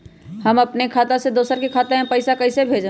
हम अपने खाता से दोसर के खाता में पैसा कइसे भेजबै?